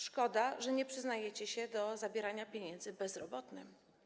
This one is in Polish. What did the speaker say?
Szkoda, że nie przyznajecie się do zabierania pieniędzy bezrobotnym.